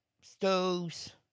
stoves